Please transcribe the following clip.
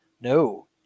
No